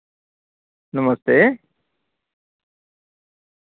नमस्ते